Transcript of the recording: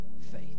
faith